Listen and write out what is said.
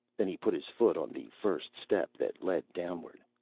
then he put his foot on the first step that led downward.